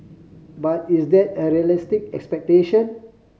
but is that a realistic expectation